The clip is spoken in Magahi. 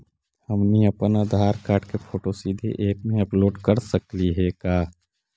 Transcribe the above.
हमनी अप्पन आधार कार्ड के फोटो सीधे ऐप में अपलोड कर सकली हे का?